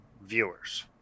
viewers